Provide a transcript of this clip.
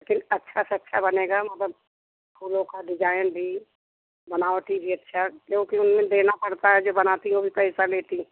फिर अच्छा से अच्छा बनेगा वहाँ पर फूलों का डिजाइन भी बनावट भी अच्छी क्योंकि उनमें देना पड़ता है जो बनाता है वह भी पैसा लेती है